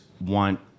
want